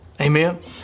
Amen